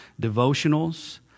devotionals